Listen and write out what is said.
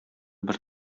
бер